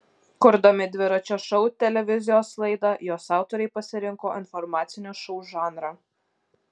kurdami dviračio šou televizijos laidą jos autoriai pasirinko informacinio šou žanrą